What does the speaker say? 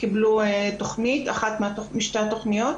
קיבלו תכנית, אחת משתי התכניות.